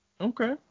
okay